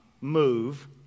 move